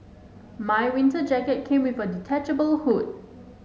my winter jacket came with a detachable hood